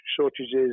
shortages